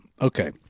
okay